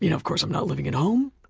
you know of course i'm not living at home.